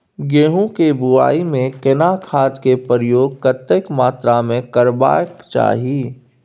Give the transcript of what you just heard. गेहूं के बुआई में केना खाद के प्रयोग कतेक मात्रा में करबैक चाही?